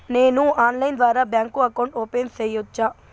నేను ఆన్లైన్ ద్వారా bank account open సేయొచ్చా?